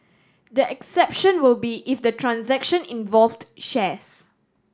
the exception will be if the transaction involved shares